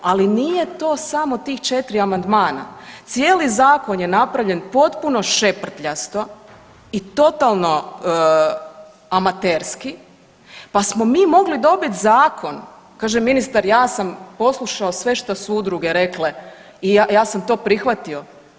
Ali nije to samo tih četiri amandmana, cijeli zakon je napravljen potpuno šeprtljasto i totalno amaterski, pa smo mi mogli dobiti zakon, kaže ministar ja sam poslušao sve što su udruge rekle i ja sam to prihvatio.